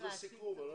זה סיכום.